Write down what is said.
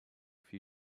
few